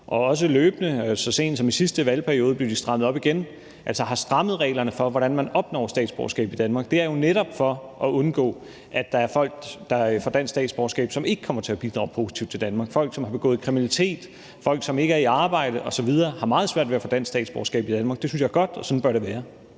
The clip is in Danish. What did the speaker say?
år og løbende – så sent som i sidste valgperiode blev de strammet op igen – har strammet reglerne for, hvordan man opnår statsborgerskab i Danmark. Det er jo netop for at undgå, at der er folk, der får dansk statsborgerskab, og som ikke kommer til at bidrage positivt til Danmark. Folk, der har begået kriminalitet, folk, som ikke er i arbejde osv., har meget svært ved at få dansk statsborgerskab i Danmark. Det synes jeg er godt, og sådan bør det være.